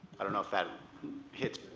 i don't know if that hits